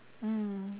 mm